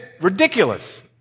ridiculous